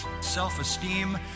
Self-esteem